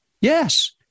Yes